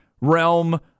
realm